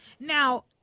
Now